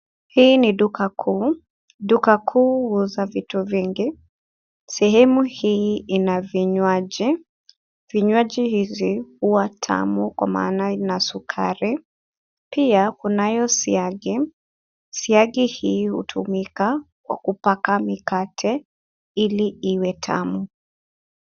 Hii ni duka kuu. Duka kuu huuza vingi. Sehemu hii ina vinywaji. Vinywaji hizi huwa tamu kwa maana ina sukura. Pia kuna hiyo siagi, siagi hii hutumika kwa kupaka mikate ili iwe tamu.